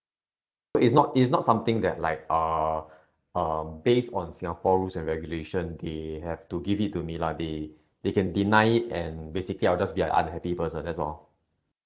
but it's not it's not something that like uh um based on singapore rules and regulation they have to give it to me lah they they can deny it and basically I'll just be an unhappy person that's all